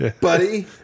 Buddy